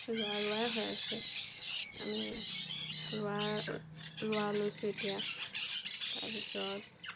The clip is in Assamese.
ৰোৱা ৰোৱাই হৈ আছে আমি ৰোৱাৰ ৰোৱা ৰুইছোঁ এতিয়া তাৰপিছত